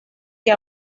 que